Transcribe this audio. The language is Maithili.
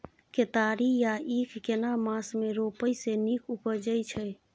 केतारी या ईख केना मास में रोपय से नीक उपजय छै?